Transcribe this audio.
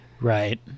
right